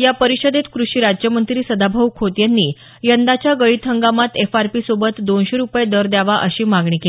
या परिषदेत कृषी राज्यमंत्री सदाभाऊ खोत यांनी यंदाच्या गळीत हंगामात एफआरपी सोबत दोनशे रुपये दर द्यावा अशी मागणी केली